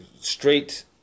straight